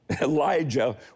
Elijah